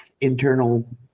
internal